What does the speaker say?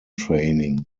training